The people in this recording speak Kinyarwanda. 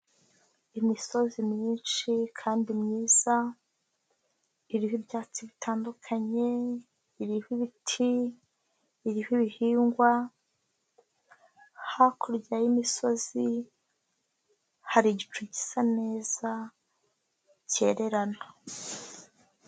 Imisozi myinshi kandi myiza iriho ibyatsi bitandukanye, iriho ibiti, iriho bihingwa, hakurya y'imisozi hari igicu gisa neza kererana.